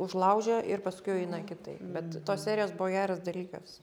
užlaužia ir paskui jau eina kitaip bet tos serijos buvo geras dalykas